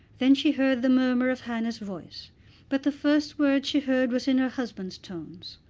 then she heard the murmur of hannah's voice but the first word she heard was in her husband's tones,